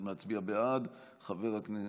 להתמודדות עם נגיף הקורונה החדש (הוראת